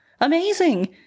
amazing